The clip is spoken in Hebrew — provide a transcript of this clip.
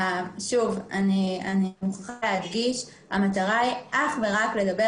אני מוכרחה להדגיש שהמטרה היא אך ורק לגבי